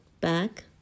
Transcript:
back